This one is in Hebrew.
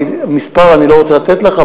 מספר אני לא רוצה לתת לך,